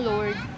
Lord